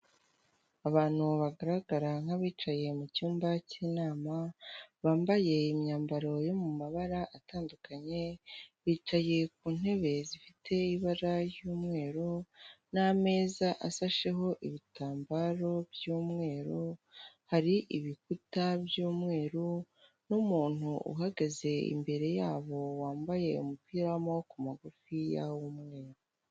Abantu bagaragara nk'abicaye mu cyumba cy'inama bambaye imyambaro yo mu mabara atandukanye, bicaye ku ntebe zifite ibara ry'umweru n'ameza asasheho ibitambaro by'umweru, hari ibikuta by'umweru n'umuntu uhagaze imbere yabo wambaye umupira w'amaboko magufiya w'umweru.